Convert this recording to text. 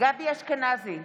גבי אשכנזי,